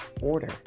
order